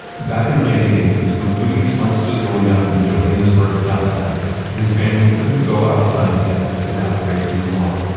back in the nineteen eighty s when louis smutz was growing up in johannesburg, south africa, his family couldn't go outside together without breaking the law.